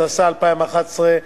התשע"א 2011,